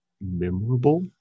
Memorable